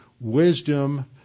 wisdom